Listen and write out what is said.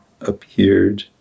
appeared